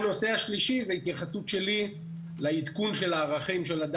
הנושא השלישי זה התייחסות שלי לעדכון של הערכים של ה-